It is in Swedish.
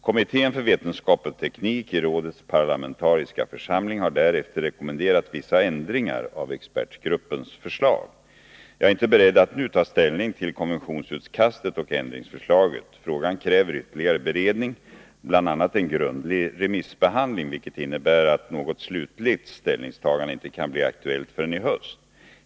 Kommittén för vetenskap och teknik i rådets parlamentariska församling har därefter rekommenderat vissa ändringar av expertgruppens förslag. Jag är inte beredd att nu ta ställning till konventionsutkastet och ändringsförslaget. Frågan kräver ytterligare beredning — bl.a. en grundlig remissbehandling — vilket innebär att något slutligt ställningstagande inte kan bli aktuellt förrän i höst.